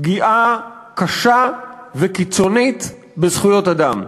פגיעה קשה וקיצונית בזכויות אדם.